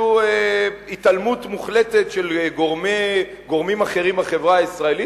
התעלמות מוחלטת של גורמים אחרים בחברה הישראלית,